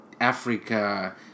Africa